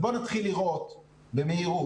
בואו נתחיל לראות במהירות.